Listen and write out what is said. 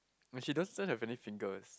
when she doesn't have any fingers